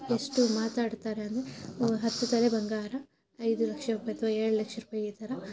ಎಷ್ಟು ಮಾತಾಡ್ತಾರೆ ಅಂದರೆ ಹತ್ತು ತೊಲೆ ಬಂಗಾರ ಐದು ಲಕ್ಷ ರೂಪಾಯ್ ಅಥ್ವಾ ಏಳು ಲಕ್ಷ ರೂಪಾಯ್ ಈ ಥರ